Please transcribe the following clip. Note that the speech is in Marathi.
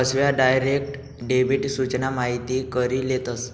फसव्या, डायरेक्ट डेबिट सूचना माहिती करी लेतस